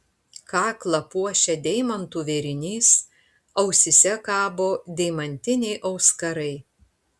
kaklą puošia deimantų vėrinys ausyse kabo deimantiniai auskarai